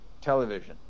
television